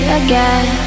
again